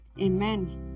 Amen